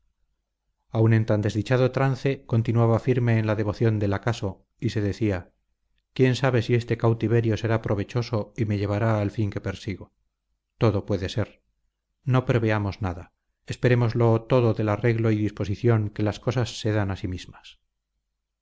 aun en tan desdichado trance continuaba firme en la devoción del acaso y se decía quién sabe si este cautiverio será provechoso y me llevará al fin que persigo todo puede ser no preveamos nada esperémoslo todo del arreglo y disposición que las cosas se dan a sí mismas